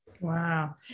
Wow